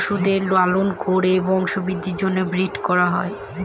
পশুদের লালন করে বংশবৃদ্ধির জন্য ব্রিড করা হয়